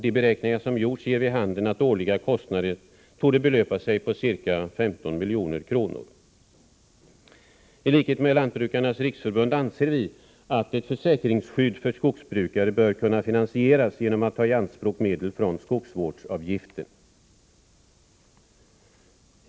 De beräkningar som gjorts ger vid handen att de årliga kostnaderna torde belöpa sig till ca 15 milj.kr. I likhet med Lantbrukarnas riksförbund anser vi att ett försäkringsskydd för skogsbrukare bör kunna finansieras genom att man tar i anspråk medel från skogsvårdsavgiften.